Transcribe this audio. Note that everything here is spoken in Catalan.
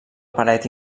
paret